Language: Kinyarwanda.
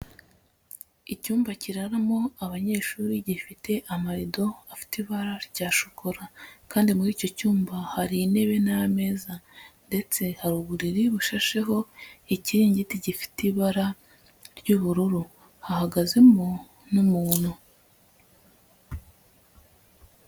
Icyumba kiraramo abanyeshuri gifite amarido afite ibara rya shokora. Kandi muri icyo cyumba hari intebe n'ameza. Ndetse hari uburiri bushasheho ikiringiti gifite ibara ry'ubururu. Hahagazemo n'umuntu.